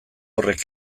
horrek